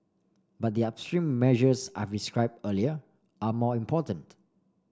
but the upstream measures I've describe earlier are more important